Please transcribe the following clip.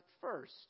first